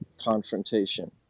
confrontation